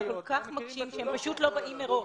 הם כל כך מקשים שהם פשוט לא באים מראש.